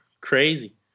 crazy